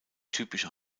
typische